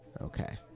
Okay